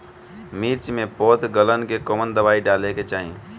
मिर्च मे पौध गलन के कवन दवाई डाले के चाही?